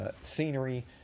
scenery